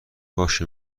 باشه